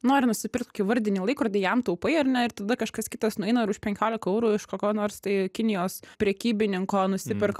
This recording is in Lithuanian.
nori nusipirkt kokį vardinį laikrodį jam taupai ar ne ir tada kažkas kitas nueina ir už penkiolika eurų iš kokio nors tai kinijos prekybininko nusiperka